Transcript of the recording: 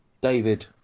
David